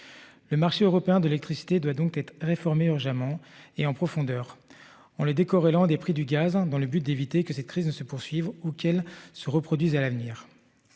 Le marché européen de l'électricité doit donc être réformé urgemment et en profondeur on les décorer des prix du gaz hein dans le but d'éviter que cette crise ne se poursuivent ou qu'elle se reproduise à l'avenir.